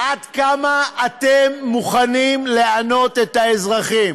עד כמה אתם מוכנים לענות את האזרחים?